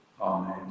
Amen